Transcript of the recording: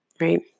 right